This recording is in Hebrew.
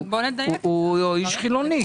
הוא איש חילוני.